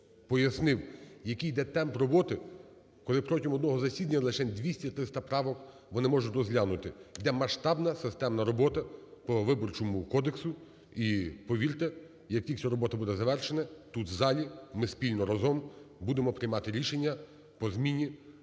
пояснив, який йде темп роботи, коли протягом одного засідання лишень 200-300 правок вони можуть розглянути. Йде масштабна системна робота по Виборчому кодексу, і, повірте, як тільки ця робота буде завершена, тут в залі ми спільно разом будемо приймати рішення по зміні